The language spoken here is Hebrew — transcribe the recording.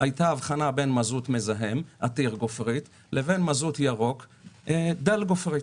היתה הבחנה בין מזוט מזהם עתיר גופרית לבין מזוט ירוק דל גופרית.